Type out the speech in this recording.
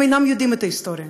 הם אינם יודעים את ההיסטוריה.